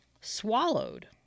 swallowed